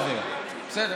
חשוב מאוד, לשאלת